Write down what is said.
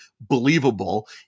believable